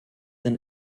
than